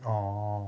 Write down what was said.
orh